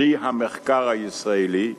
פרי המחקר הישראלי,